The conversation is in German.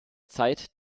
zeit